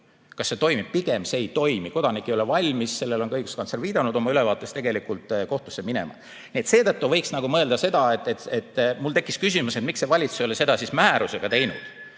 Kas see toimib? Pigem see ei toimi. Kodanik ei ole valmis – sellele on ka õiguskantsler viidanud oma ülevaates – kohtusse minema. Nii et seetõttu võiks nagu mõelda seda. Mul tekkis küsimus, et miks valitsus ei ole seda siis määrusega teinud.